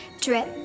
drip